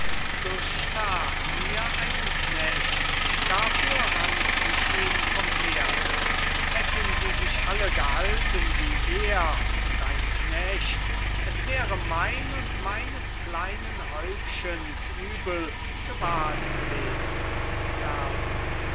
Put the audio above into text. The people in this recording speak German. durchstach mir einen knecht dafür rannt ich ihn vom pferde hätten sie sich alle gehalten wie er und ein knecht es wäre mein und meines kleinen häufchens übel gewahrt gewesen lerse